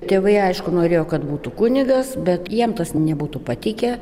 tėvai aišku norėjo kad būtų kunigas bet jam tas nebūtų patikę